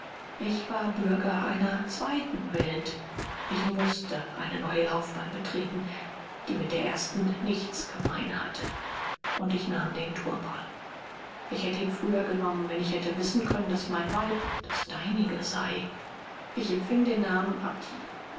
ich war bürger einer zweiten welt ich mußte eine neue laufbahn betreten die mit der ersten nichts gemein hatte und ich nahm den turban ich hätte ihn früher genommen wenn ich hätte wissen können daß mein weib das deinige sei ich empfing den namen apti